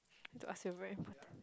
I need to ask you a very important